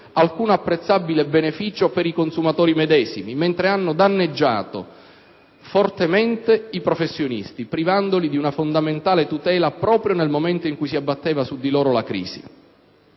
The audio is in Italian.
alcun apprezzabile beneficio per i consumatori medesimi, mentre hanno danneggiato fortemente i professionisti, privandoli di una fondamentale tutela proprio nel momento in cui si abbatteva su di loro la crisi.